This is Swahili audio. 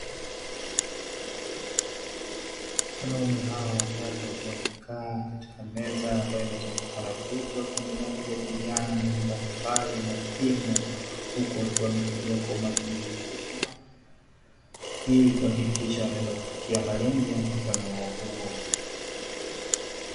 Wanaume hao watatu wakiwa wamekaa katika meza, ambayo imezungukwa na viti, wakiendelea kujadiliana mambo mbalimbali muhimu, huku wakiwa wametulia kwa umakini mkubwa, ili kuhakikisha wanaweza kufikia malengo ya mkutano wao huo.